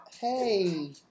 Hey